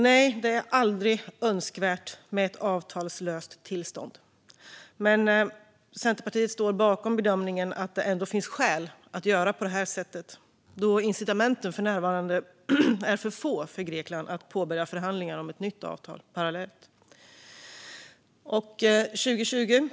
Nej, det är aldrig önskvärt med ett avtalslöst tillstånd, men Centerpartiet står bakom bedömningen att det ändå finns skäl att göra på det här sättet eftersom incitamenten för närvarande är få för Grekland att påbörja förhandlingar om ett nytt avtal parallellt.